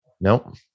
Nope